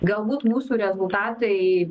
galbūt mūsų rezultatai